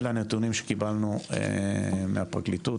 אלה הנתונים שקיבלנו מהפרקליטות.